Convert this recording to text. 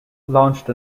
launched